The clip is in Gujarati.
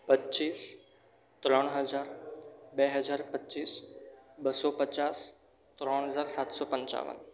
પચીસ ત્રણ હજાર બે હજાર પચીસ બસો પચાસ ત્રણ હજાર સાતસો પંચાવન